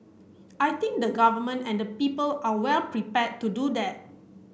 I think the Government and the people are well prepared to do that